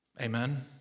Amen